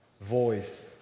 voice